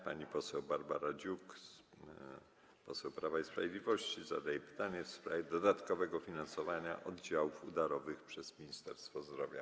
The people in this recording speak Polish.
Pani poseł Barbara Dziuk, poseł Prawa i Sprawiedliwości, zada pytanie w sprawie dodatkowego finansowania oddziałów udarowych przez Ministerstwo Zdrowia.